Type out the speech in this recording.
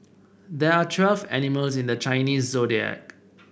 there are twelve animals in the Chinese Zodiac